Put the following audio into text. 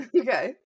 Okay